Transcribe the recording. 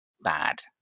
bad